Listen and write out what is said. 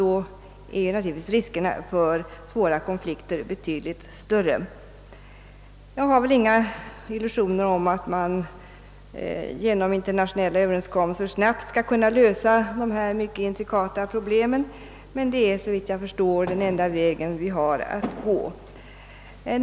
Då är naturligtvis riskerna för svåra konflikter betydligt större. Jag har inga illusioner om att man genom internationella överenskommelser snabbt skall kunna lösa dessa mycket intrikata problem, men det är såvitt jag förstår den enda väg vi har att gå.